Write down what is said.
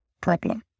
problem